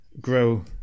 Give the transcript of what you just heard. grow